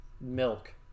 milk